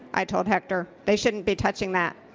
i told hector. they shouldn't be touching that.